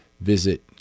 visit